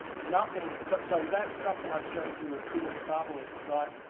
nothing, so, so that stuff that i showed you of felix barbalits site.